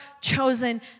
chosen